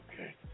Okay